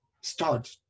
start